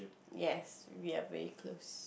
yes we are very close